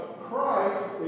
Christ